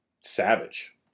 savage